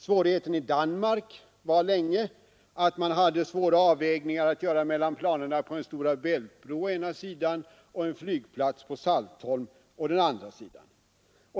Svårigheten i Danmark var länge att man hade känsliga avvägningar att göra mellan planerna på en Stora Bält-bro å ena sidan och en flygplats på Saltholm å den andra.